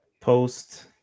Post